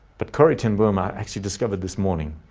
but corrie ten boom, i actually discovered this morning,